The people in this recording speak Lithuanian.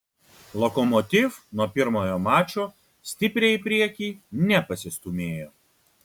lokomotiv nuo pirmojo mačo stipriai į priekį nepasistūmėjo